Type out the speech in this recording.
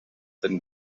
than